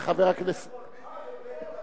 ביבי חיבק את ערפאת.